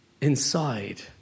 inside